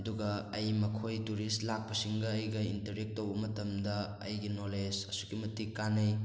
ꯑꯗꯨꯒ ꯑꯩ ꯃꯈꯣꯏ ꯇꯨꯔꯤꯁ ꯂꯥꯛꯄꯁꯤꯡꯒ ꯑꯩꯒ ꯏꯟꯇꯔꯦꯛ ꯇꯧꯕ ꯃꯇꯝꯗ ꯑꯩꯒꯤ ꯅꯣꯂꯦꯖ ꯑꯁꯨꯛꯀꯤ ꯃꯇꯤꯛ ꯀꯥꯟꯅꯩ